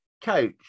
coach